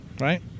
right